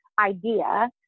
idea